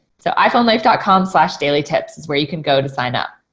so iphonelife dot com slash daily tips is where you can go to sign up.